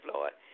Lord